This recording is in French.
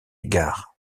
gare